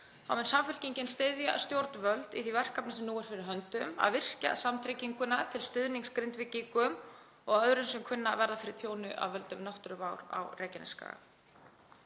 mun Samfylkingin styðja stjórnvöld í því verkefni sem nú er fyrir höndum, að virkja samtrygginguna til stuðnings Grindvíkingum og öðrum sem kunna að verða fyrir tjóni af völdum náttúruvár á Reykjanesskaga.